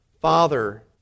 father